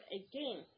again